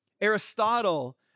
Aristotle